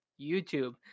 YouTube